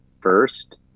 first